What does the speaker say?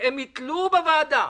הם היתלו בוועדה.